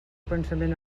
pensament